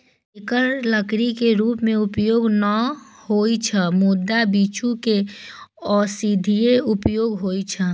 एकर लकड़ी के रूप मे उपयोग नै होइ छै, मुदा किछु के औषधीय उपयोग होइ छै